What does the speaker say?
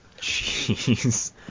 Jeez